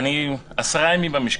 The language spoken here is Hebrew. אני עשרה ימים במשכן,